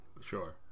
sure